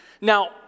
Now